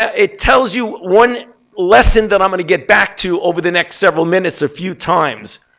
it tells you one lesson that i'm going to get back to over the next several minutes a few times.